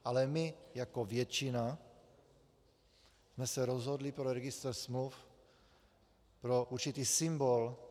Ale my jako většina jsme se rozhodli pro registr smluv, pro určitý symbol.